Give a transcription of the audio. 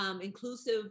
inclusive